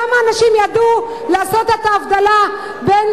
כמה אנשים ידעו לעשות את ההבדלה בין